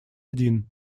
один